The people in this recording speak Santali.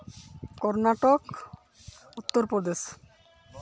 ᱠᱚᱨᱱᱟᱴᱚᱠ ᱩᱛᱛᱚᱨᱯᱨᱚᱫᱮᱥ